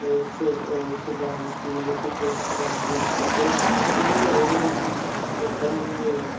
सरकारी स्कूल जेह्के बी सरकारी स्कूल पढ़दे ते उ'नें बचैरे उ'नें कदें उ'नें